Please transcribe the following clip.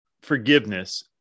forgiveness